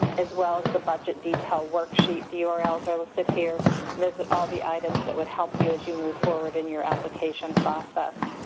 as well as the budget detail worksheet. the urls are listed here and this is all the items that would help you as you move forward in your application process.